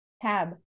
Tab